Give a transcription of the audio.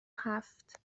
هفت